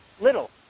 little